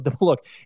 look